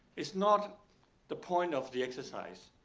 is not the point of the exercise.